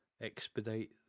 expedite